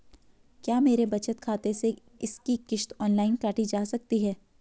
क्या मेरे बचत खाते से इसकी किश्त ऑनलाइन काटी जा सकती है?